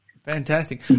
Fantastic